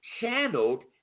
channeled